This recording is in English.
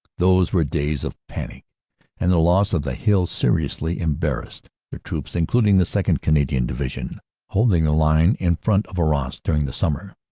those were days of panic and the loss of the hill seriously embarrassed the troops, including the second. canadian division holding the line in front of a rras during the summer.